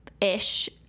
ish